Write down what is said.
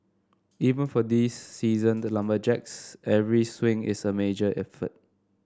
even for these seasoned lumberjacks every swing is a major effort